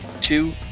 Two